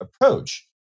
approach